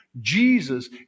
Jesus